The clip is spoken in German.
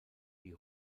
die